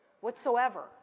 Whatsoever